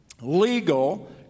legal